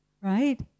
Right